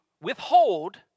withhold